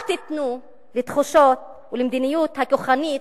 אל תיתנו לתחושות ולמדיניות הכוחנית,